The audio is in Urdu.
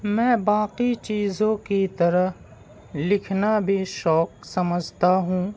میں باقی چیزوں کی طرح لکھنا بھی شوق سمجھتا ہوں